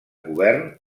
govern